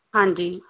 ਹਾਂਜੀ